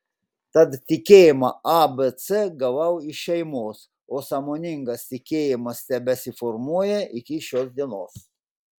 tad tikėjimo abc gavau iš šeimos o sąmoningas tikėjimas tebesiformuoja iki šios dienos